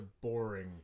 boring